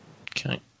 Okay